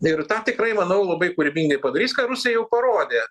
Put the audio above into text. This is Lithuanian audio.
ir tą tikrai manau labai kūrybingai padarys ką rusai jau parodė